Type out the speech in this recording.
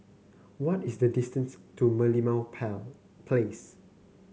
what is the distance to Merlimau Place